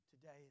today